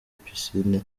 piscine